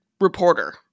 reporter